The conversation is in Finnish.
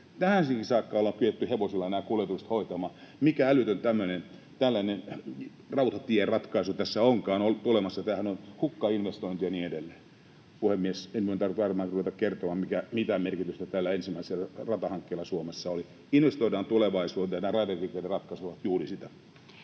tähänkin saakka ollaan kyetty hevosilla nämä kuljetukset hoitamaan, niin mikä älytön tämmöinen rautatieratkaisu tässä onkaan tulemassa? Tämähän on hukkainvestointi.” Ja niin edelleen. Puhemies, ei minun tarvitse varmaan ruveta kertomaan, mitä merkitystä tällä ensimmäisellä ratahankkeella Suomessa oli. Investoidaan tulevaisuuteen, tehdään raideliikenneratkaisuja — juuri sitä.